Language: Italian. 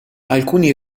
alcuni